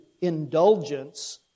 indulgence